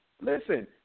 Listen